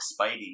Spidey